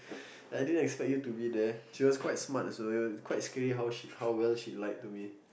I didn't expect you to be there she was quite smart so it was quite scary how well she lied to me